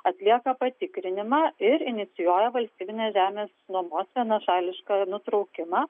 atlieka patikrinimą ir inicijuoja valstybinės žemės nuomos vienašališką nutraukimą